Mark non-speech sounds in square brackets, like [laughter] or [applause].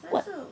[noise]